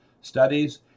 studies